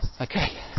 Okay